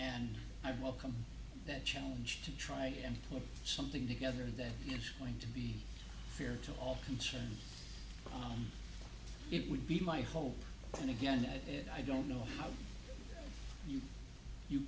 and i welcome that challenge to try and put something together that is going to be fair to all concerned on it would be my hope and again i don't know how you you